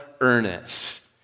earnest